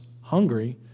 hungry